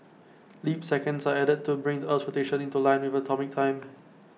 leap seconds are added to bring the Earth's rotation into line with atomic time